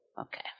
Okay